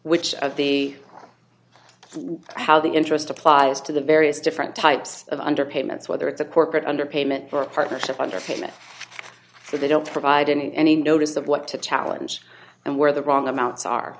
which of the how the interest applies to the various different types of under payments whether it's a corporate under payment for a partnership under famous or they don't provide in any notice of what to challenge and where the wrong amounts are